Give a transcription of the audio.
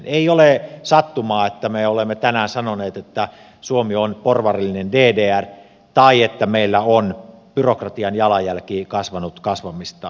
ei ole sattumaa että me olemme tänään sanoneet että suomi on porvarillinen ddr tai että meillä on byrokratian jalanjälki kasvanut kasvamistaan